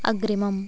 अग्रिमम्